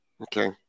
Okay